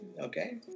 Okay